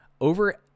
over